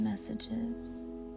Messages